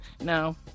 No